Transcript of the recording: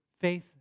faith